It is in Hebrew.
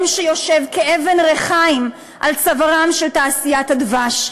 שיושב כאבן ריחיים על צווארה של תעשיית הדבש,